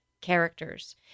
characters